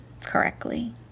correctly